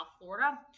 Florida